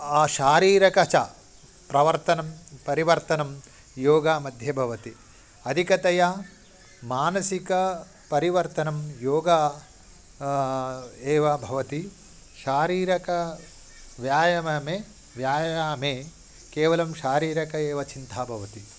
आ शारीरिकं च प्रवर्तनं परिवर्तनं योगामध्ये भवति अधिकतया मानसिकं परिवर्तनं योगा एव भवति शारीरिकव्यायामे व्यायामे केवलं शारीरिकः एव चिन्ता भवति